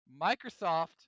microsoft